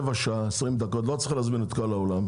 רבע שעה, 20 דקות, לא צריך להזמין את כל העולם.